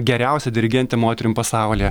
geriausia dirigente moterim pasaulyje